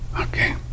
Okay